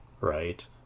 Right